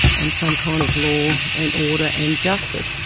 and some kind of law and order and justice,